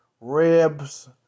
ribs